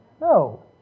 No